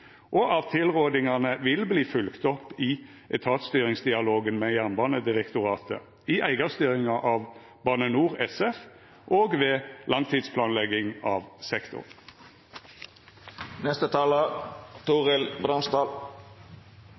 og at ein vil følgja opp tilrådingane i etatsstyringsdialogen med Jernbanedirektoratet, i eigarstyringa av Bane NOR SF og ved langtidsplanlegginga av